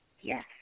Yes